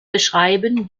beschreiben